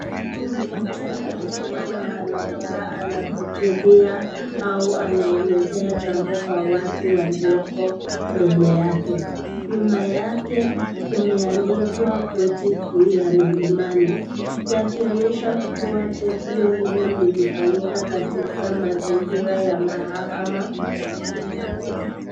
Mtu mmoja amesimama kana kwamba anahutubia au anaelezea jambo kwa watu walioko mbele yake. Nyuma yake kumeandikwa koti kuu la Milimani, yakionesha kua kituo hilo lilifanyika katika mazingira ya mahakama.